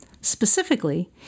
Specifically